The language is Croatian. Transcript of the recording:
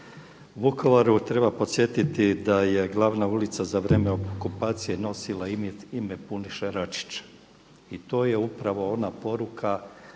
Vukovaru treba podsjetiti da je glavna ulica za vrijeme okupacije nosila ime Puniša Račića i to je upravo ona poruka